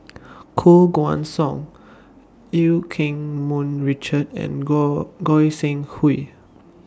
Koh Guan Song EU Keng Mun Richard and Goi Goi Seng Hui